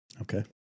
Okay